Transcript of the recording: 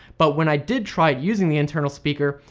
but when i did try it using the internal speaker,